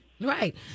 right